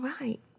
right